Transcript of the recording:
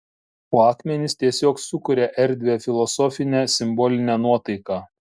o akmenys tiesiog sukuria erdvią filosofinę simbolinę nuotaiką